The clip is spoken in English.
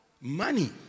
Money